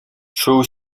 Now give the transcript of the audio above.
czuł